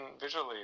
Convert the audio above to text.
visually